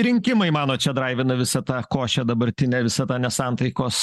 rinkimai manot čia draivina visą tą košę dabartinę visada nesantaikos